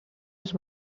els